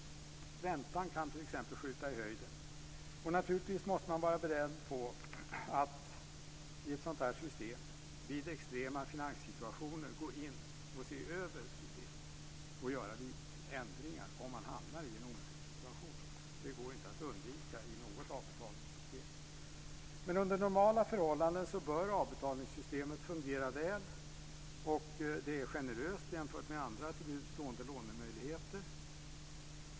Räntan kan t.ex. skjuta i höjden. Naturligtvis måste man vara beredd på att i ett sådant här system i extrema finanssituationer se över systemet och göra ändringar, om man hamnar i en omöjlig situation. Det går inte att undvika i något avbetalningssystem. Under normala förhållanden bör dock avbetalningssystemet fungera väl. Det är generöst jämfört med andra till buds stående lånemöjligheter.